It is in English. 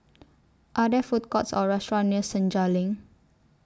Are There Food Courts Or restaurants near Senja LINK